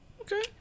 Okay